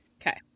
Okay